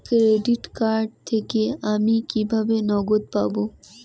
Credit card থেকে আমি কিভাবে নগদ পাব?